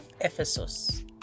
Ephesus